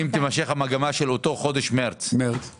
אם תימשך המגמה של אותו חודש מרץ,